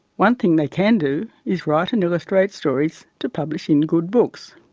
one thing they can do is write and illustrate stories to publish in good books.